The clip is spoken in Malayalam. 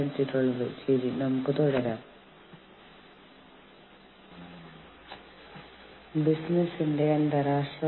അതിനാൽ യൂണിയൻ അഭ്യർത്ഥനയാണ് ഇതുമായി ബന്ധപ്പെട്ട ഒരു പ്രശ്നം